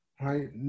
right